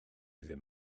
ddim